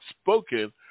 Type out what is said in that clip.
spoken